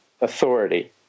authority